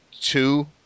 two